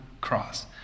cross